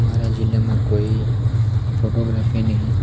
મારા જીલ્લામાં કોઈ ફોટોગ્રાફીની